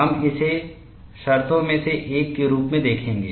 हम इसे शर्तों में से एक के रूप में देखेंगे